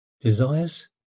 desires